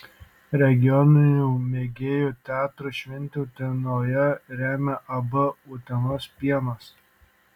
regioninių mėgėjų teatrų šventę utenoje remia ab utenos pienas